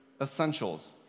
essentials